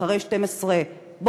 אחרי 12:00,